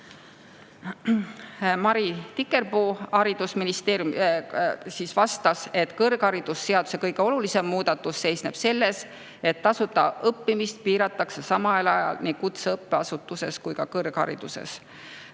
Tikerpuu haridusministeeriumist selgitas, et kõrgharidusseaduse kõige olulisem muudatus seisneb selles, et tasuta õppimist piiratakse samal ajal nii kutseõppeasutuses kui ka kõrghariduses.